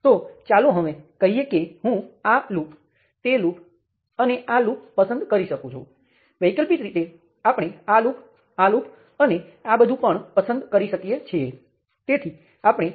તે જ કારણ છે કે શા માટે આપણે નોડલ વિશ્લેષણમાં નિયંત્રક કરંટને માત્ર રેઝિસ્ટર પાસે જ અંકુશ કર્યો છે